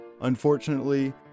Unfortunately